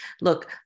look